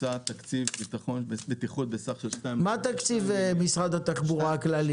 הוקצה תקציב בטיחות בסך 2.2 --- מה תקציב משרד התחבורה הכללי?